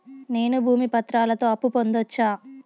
నేను భూమి పత్రాలతో అప్పు పొందొచ్చా?